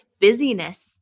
busyness